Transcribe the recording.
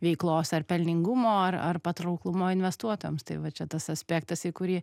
veiklos ar pelningumo ar ar patrauklumo investuotojams tai va čia tas aspektas į kurį